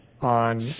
on